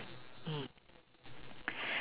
mm